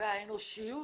ועל האנושיות